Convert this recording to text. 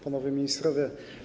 Panowie Ministrowie!